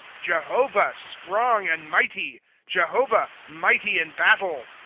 jehovah, strong and mighty jehovah, mighty in battle.